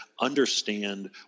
understand